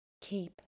Keep